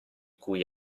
cui